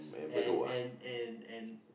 and and and and